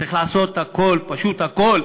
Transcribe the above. צריך לעשות הכול, פשוט הכול,